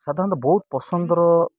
ସାଧାରଣତଃ ବହୁତ ପସନ୍ଦର